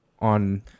On